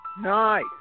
Nice